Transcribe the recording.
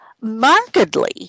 markedly